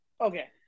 Okay